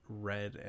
red